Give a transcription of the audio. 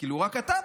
כאילו, רק אתה פה.